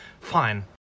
fine